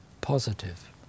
positive